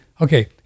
okay